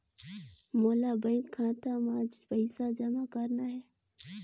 मोला बैंक खाता मां पइसा जमा करना हे?